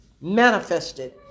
manifested